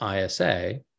ISA